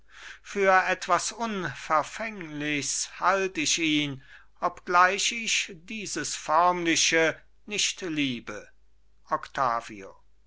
für etwas unverfänglichs halt ich ihn obgleich ich dieses förmliche nicht liebe octavio